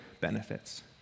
benefits